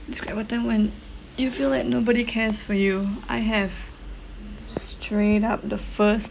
describe a time when you feel like nobody cares for you I have straight up the first